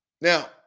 Now